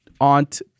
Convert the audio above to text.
Aunt